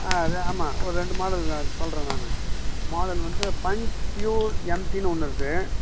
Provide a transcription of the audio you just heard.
அது ஆமாம் ஒரு ரெண்டு மாடல் நான் சொல்லுறேன் நான் மாடல் வந்து பஞ்ச் ஃபியூர் எம்டி னு ஒன்று இருக்கு